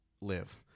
live